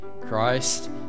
Christ